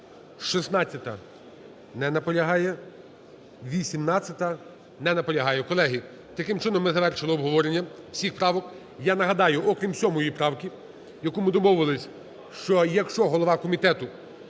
16-а. Не наполягає. 18-а. Не наполягає. Колеги, таким чином, ми завершили обговорення всіх правок. Нагадаю, окрім сьомої правки, яку ми домовились, що якщо голова комітету